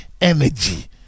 energy